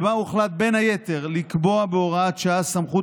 ובה הוחלט בין היתר לקבוע בהוראת שעה סמכות